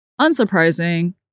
unsurprising